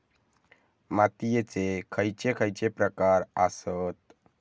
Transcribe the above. मातीयेचे खैचे खैचे प्रकार आसत?